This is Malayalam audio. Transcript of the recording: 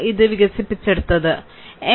ഇത് വികസിപ്പിച്ചെടുത്തത് എം